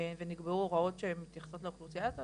ונקבעו הוראות שהן מתייחסות לאוכלוסייה הזאת.